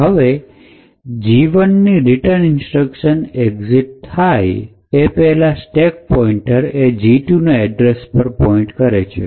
હવે G ૧ની return instruction exit થાય એ પહેલા સ્ટેક પોઇન્ટર એ G ૨ ના એડ્રેસ ઉપર પોઇન્ટ કરે છે